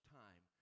time